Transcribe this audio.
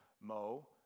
Mo